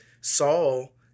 Saul